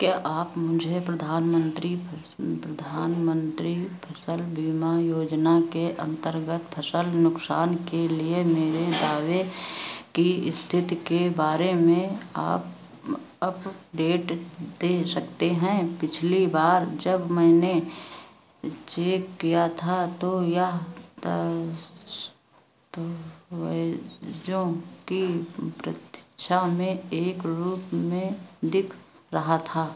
क्या आप मुझे प्रधानमंत्री प्रधानमंत्री फसल बीमा योजना के अन्तर्गत फसल नुकसान के लिए मेरे दावे की स्थिति के बारे में आप अपडेट दे सकते हैं पिछली बार जब मैंने चेक किया था तो यह तौ तो वह जोकि प्रतीक्षा में एक रूप में दिख रहा था